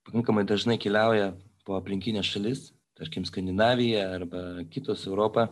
pakankamai dažnai keliauja po aplinkines šalis tarkim skandinaviją arba kitos europą